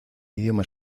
idioma